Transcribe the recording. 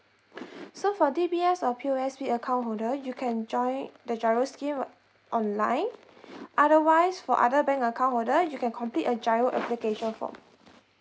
so for D_B_S or P_O_S_B account holder you can join the GIRO scheme online otherwise for other bank account holder you can complete a GIRO application form